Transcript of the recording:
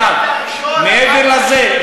זה הבית הראשון.